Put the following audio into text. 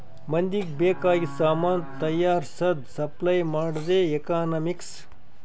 ಮಂದಿಗ್ ಬೇಕ್ ಆಗಿದು ಸಾಮಾನ್ ತೈಯಾರ್ಸದ್, ಸಪ್ಲೈ ಮಾಡದೆ ಎಕನಾಮಿಕ್ಸ್